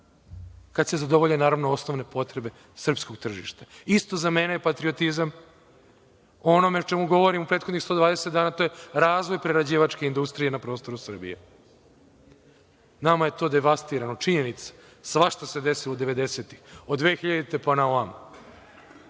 kad se zadovolje, naravno, osnovne potrebe srpskog tržišta. Isto, za mene je patriotizam ono o čemu govorim u prethodnih 120 dana, a to je razvoj prerađivačke industrije na prostoru Srbije. Nama je to devastirano, činjenica je, svašta se desilo 90-ih, od 2000. godine